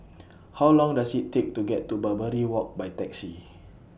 How Long Does IT Take to get to Barbary Walk By Taxi